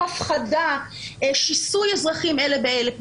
הפחדה, שיסוי אזרחים אלה באלה.